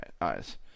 eyes